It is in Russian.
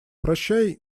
прощай